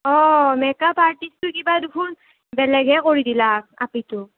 অঁ মেকআপ আৰ্টিষ্টটো কিবা দেখোন বেলেগহে কৰি দিলে আপিটোক